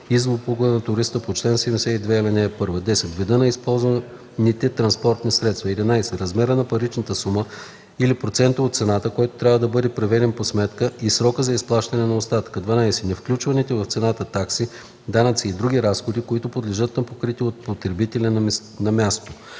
на туриста” по чл. 72, ал. 1; 10. вида на използваните транспортни средства; 11. размера на паричната сума или процента от цената, който трябва да бъде преведен по сметка, и срока за изплащане на остатъка; 12. невключените в цената такси, данъци и други разходи, които подлежат на покритие от потребителя на място;